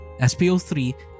SPO3